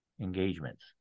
engagements